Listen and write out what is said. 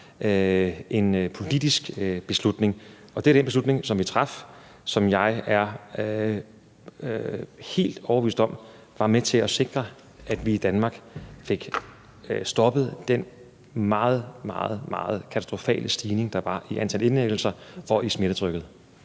en politisk beslutning, og den beslutning, som vi traf, er jeg helt overbevist om var med til at sikre, at vi i Danmark fik stoppet den meget, meget katastrofale stigning, der var i antallet af indlæggelser og i smittetrykket.